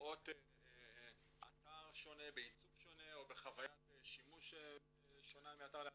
לראות אתר שונה בעיצוב שונה או בחוויית שימוש שונה מאתר לאתר,